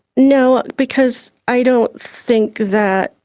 no, because i don't think that,